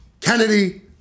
Kennedy